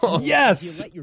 Yes